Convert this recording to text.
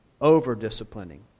over-disciplining